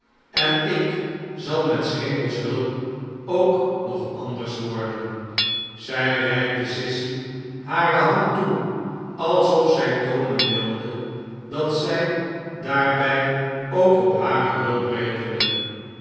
en ik zal met s hemels hulp ook nog anders worden zij reikte sissy hare hand toe alsof zij toonen wilde dat zij daarbij ook op hare hulp rekende